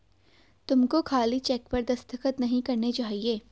तुमको खाली चेक पर दस्तखत नहीं करने चाहिए